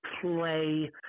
play